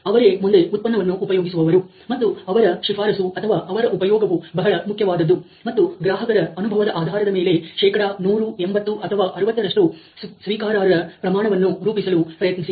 ಅವರೇ ಮುಂದೆ ಉತ್ಪನ್ನವನ್ನು ಉಪಯೋಗಿಸುವವರು ಮತ್ತು ಅವರ ಶಿಫಾರಸು ಅಥವಾ ಅವರ ಉಪಯೋಗವು ಬಹಳ ಮುಖ್ಯವಾದದ್ದು ಮತ್ತು ಗ್ರಾಹಕರ ಅನುಭವದ ಆಧಾರದ ಮೇಲೆ ಶೇಕಡಾ 100 80 ಅಥವಾ 60 ರಷ್ಟು ಸ್ವೀಕಾರಾರ್ಹ ಪ್ರಮಾಣವನ್ನು ರೂಪಿಸಲು ಪ್ರಯತ್ನಿಸಿ